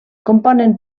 componen